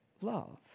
love